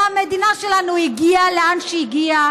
המדינה שלנו הגיעה לאן שהיא הגיעה